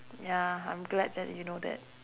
ya I'm glad that you know that